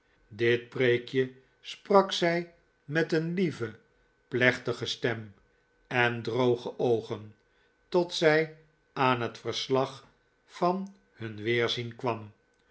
dit preekje sprak zij met een lieve plechtige stem en droge oogen tot zij aan het verslag van hun weerzien kwam